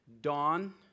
Dawn